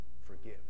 forgive